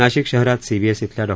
नाशिक शहरात सीबीएस इथल्या डॉ